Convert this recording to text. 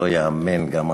לא ייאמן,